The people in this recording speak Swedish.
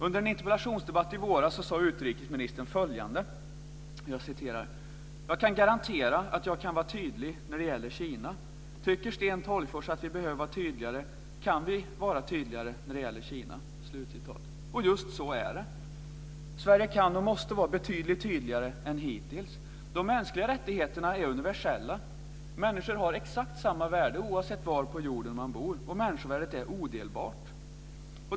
Under en interpellationsdebatt i våras sade utrikesministern följande: "Jag kan garantera att jag kan vara tydlig när det gäller Kina. Tycker Sten Tolgfors att vi behöver vara tydligare, kan vi vara tydligare när det gäller Kina." Och just så är det. Sverige kan och måste vara betydligt tydligare än hittills. De mänskliga rättigheterna är universella. Människor har exakt samma värde oavsett var på jorden de bor, och människovärdet är odelbart.